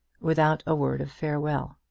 without a word of farewell.